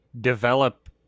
develop